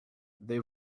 they